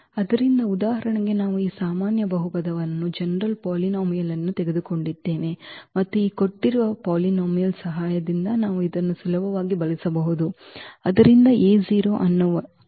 ಆದ್ದರಿಂದ ಉದಾಹರಣೆಗೆ ನಾವು ಈ ಸಾಮಾನ್ಯ ಬಹುಪದವನ್ನು ತೆಗೆದುಕೊಂಡಿದ್ದೇವೆ ಮತ್ತು ಈ ಕೊಟ್ಟಿರುವ ಬಹುಪದಗಳ ಸಹಾಯದಿಂದ ನಾವು ಇದನ್ನು ಸುಲಭವಾಗಿ ಬಳಸಬಹುದು